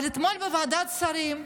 אבל אתמול בוועדת שרים,